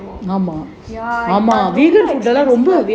ya expensive ah